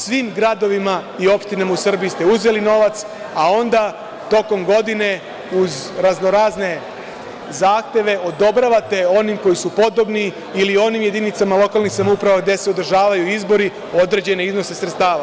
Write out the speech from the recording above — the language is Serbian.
Svim gradovima i opštinama u Srbiji vi ste uzeli novac, a onda tokom godine uz raznorazne zahteve odobravate onim koji su podobni ili onim jedinicama lokalne samouprave gde se održavaju izbori u određene iznose sredstava.